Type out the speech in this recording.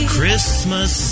Christmas